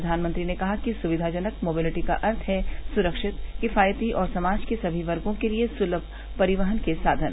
प्रधानमंत्री ने कहा कि सुविधाजनक मोबिलिटी का अर्थ है सुरक्षित किफायती और समाज के समी वर्गो के लिए सतम परिवहन के साधन